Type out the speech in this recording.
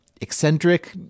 eccentric